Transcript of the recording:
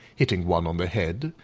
hitting one on the head,